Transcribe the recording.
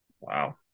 Wow